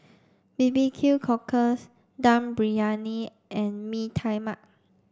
B B Q cockles Dum Briyani and Mee Tai Mak